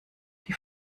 die